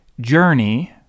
journey